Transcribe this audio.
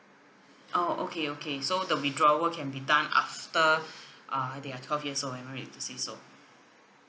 oh okay okay so the withdrawal can be done after uh they are twelve years old am I right to say so